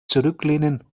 zurücklehnen